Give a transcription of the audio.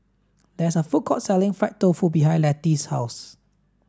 there is a food court selling fried tofu behind Lettie's house